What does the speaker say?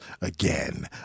again